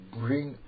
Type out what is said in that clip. bring